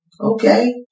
Okay